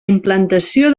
implantació